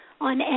on